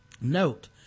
Note